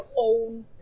own